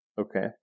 Okay